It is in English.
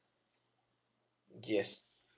yes